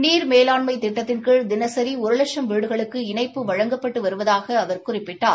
நீர் மேலாண்மை திட்டத்தின் கீழ் தினசி ஒரு வட்சும் வீடுகளுக்கு இணைப்பு வழங்கப்பட்டு வருவதாக அவர் குறிப்பிட்டார்